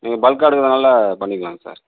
நீங்கள் பல்காக எடுக்கிறனால பண்ணிக்கலாங்க சார்